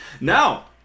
Now